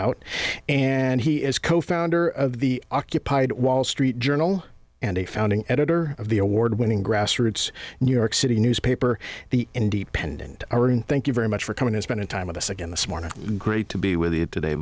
out and he is co founder of the occupied wall street journal and a founding editor of the award winning grassroots new york city newspaper the independent thank you very much for coming and spending time with us again this morning great to be with you today